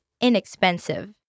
inexpensive